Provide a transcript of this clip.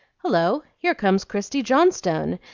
hullo! here comes christie johnstone,